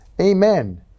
Amen